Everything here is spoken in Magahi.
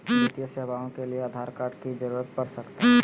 वित्तीय सेवाओं के लिए आधार कार्ड की जरूरत पड़ सकता है?